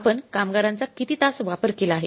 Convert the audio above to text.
आपण कामगारांचा किती तास वापर केला आहे